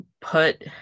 put